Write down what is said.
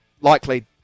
Likely